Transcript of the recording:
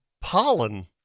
Pollen